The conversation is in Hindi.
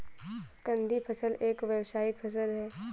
कंदीय फसल एक व्यावसायिक फसल है